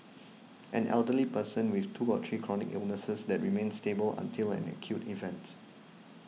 an elderly person with two to three chronic illnesses that remain stable until an acute event